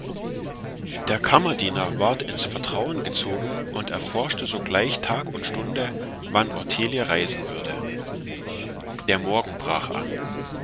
der kammerdiener ward ins vertrauen gezogen und erforschte sogleich tag und stunde wann ottilie reisen würde der morgen brach an